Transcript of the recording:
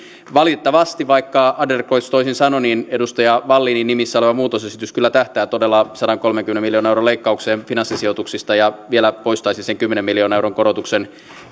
valitettavasti vaikka adlercreutz toisin sanoi edustaja wallinin nimissä oleva muutosesitys kyllä tähtää todella sadankolmenkymmenen miljoonan euron leikkaukseen finanssisijoituksista ja vielä poistaisi sen kymmenen miljoonan euron korotuksen